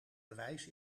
bewijs